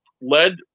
led